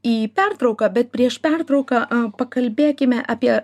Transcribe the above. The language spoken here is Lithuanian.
į pertrauką bet prieš pertrauką pakalbėkime apie